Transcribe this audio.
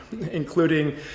including